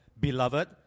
beloved